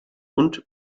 und